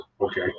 Okay